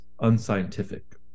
unscientific